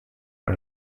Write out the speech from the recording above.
con